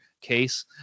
case